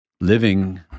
living